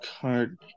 card